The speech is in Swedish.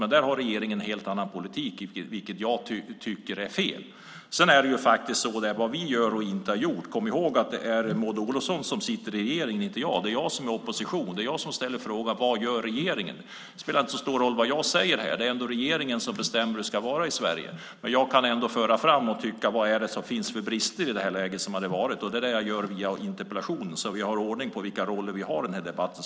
Men där har regeringen en helt annan politik, vilket jag tycker är fel. När det gäller vad vi gör och inte har gjort måste man komma ihåg att det är Maud Olofsson som sitter i regeringen och inte jag. Det är jag som är i opposition. Det är jag som ställer frågan: Vad gör regeringen? Det spelar inte så stor roll vad jag säger här. Det är ändå regeringen som bestämmer hur det ska vara i Sverige. Men jag kan ändå föra fram vilka brister som finns i detta läge. Det är det som jag gör via interpellationen. Jag säger det så att vi har ordning på vilka roller som vi har i den här debatten.